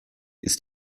ist